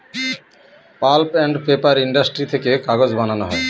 pulp and paper industry থেকে কাগজ বানানো হয়